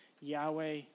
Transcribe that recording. Yahweh